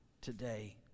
today